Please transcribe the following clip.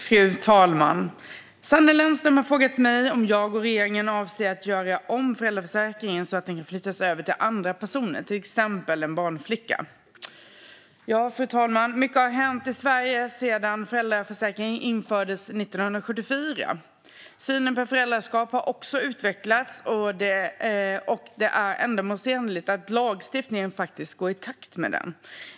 Fru talman! Sanne Lennström har frågat mig om jag och regeringen avser att göra om föräldraförsäkringen så att den kan flyttas över till andra personer, till exempel en barnflicka. Fru talman! Mycket har hänt i Sverige sedan föräldraförsäkringen infördes 1974. Synen på föräldraskap har utvecklats, och det är ändamålsenligt att lagstiftningen går i takt med den.